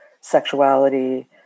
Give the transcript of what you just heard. sexuality